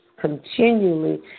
Continually